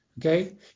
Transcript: Okay